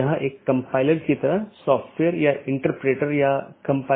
एक अन्य अवधारणा है जिसे BGP कंफेडेरशन कहा जाता है